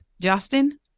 Justin